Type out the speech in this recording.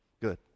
Good